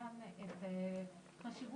והתחושה היא זאת אומרת את יודעת